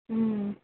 ம்